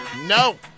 No